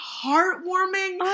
heartwarming